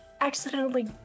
accidentally